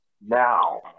now